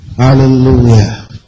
Hallelujah